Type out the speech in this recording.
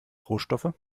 rohstoffe